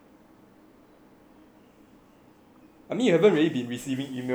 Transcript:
I mean I haven't really been receiving email for the past few email lah